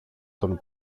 τον